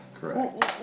Correct